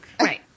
Right